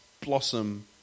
blossom